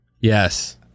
Yes